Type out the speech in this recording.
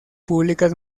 públicas